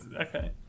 Okay